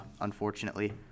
unfortunately